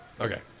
okay